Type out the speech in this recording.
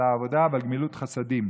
על העבודה ועל גמילות חסדים.